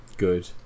Good